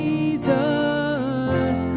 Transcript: Jesus